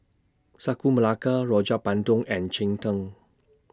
Sagu Melaka Rojak Bandung and Cheng Tng